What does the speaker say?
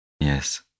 Yes